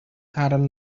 current